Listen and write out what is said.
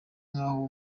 nk’aho